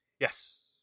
Yes